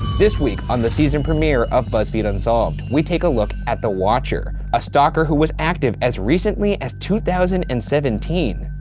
this week on the season premiere of buzzfeed unsolved, we take a look at the watcher, a stalker who was active as recently as two thousand and seventeen.